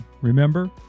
Remember